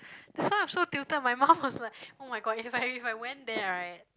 that's why I'm so tilted my mum was like [oh]-my-god if I if I went there right